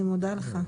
אני מודה לך.